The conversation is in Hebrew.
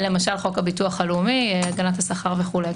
למשל חוק הביטוח הלאומי הגדלת השכר וכולי.